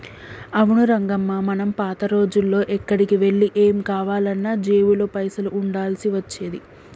అవును రంగమ్మ మనం పాత రోజుల్లో ఎక్కడికి వెళ్లి ఏం కావాలన్నా జేబులో పైసలు ఉండాల్సి వచ్చేది